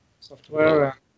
software